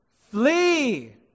Flee